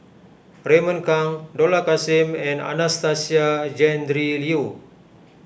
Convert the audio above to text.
Raymond Kang Dollah Kassim and Anastasia Tjendri Liew